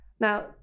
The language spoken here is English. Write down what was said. Now